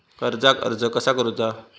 कर्जाक अर्ज कसा करुचा?